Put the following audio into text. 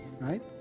right